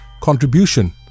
contribution